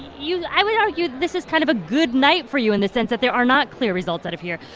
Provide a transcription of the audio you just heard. you i would argue this is kind of a good night for you in the sense that there are not clear results out of here.